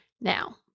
Now